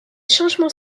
changements